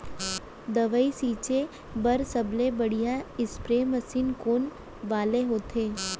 दवई छिंचे बर सबले बढ़िया स्प्रे मशीन कोन वाले होथे?